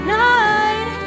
night